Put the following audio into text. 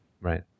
Right